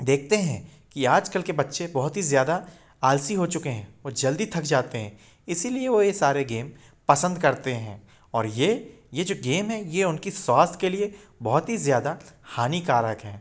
देखते हैं कि आज कल के बच्चे बहुत ज़्यादा आलसी हो चुके हैं वो जल्दी थक जाते हैं इसी लिए वो ये सारे गेम पसंद करते हैं और ये ये जो गेम है ये उनकी स्वास्थ के लिए बहुत ज़्यादा हानिकारक हैं